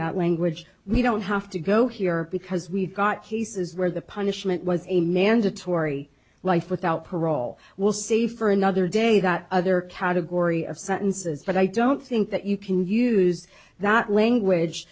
that language we don't have to go here because we've got cases where the punishment was a mandatory life without parole we'll say for another day that other category of sentences but i don't think that you can use that language